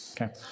okay